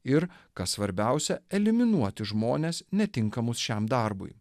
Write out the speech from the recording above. ir kas svarbiausia eliminuoti žmones netinkamus šiam darbui